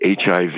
HIV